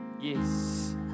yes